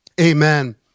amen